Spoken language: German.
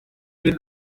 den